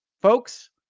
Folks